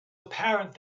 apparent